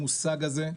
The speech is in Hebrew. המושג הזה,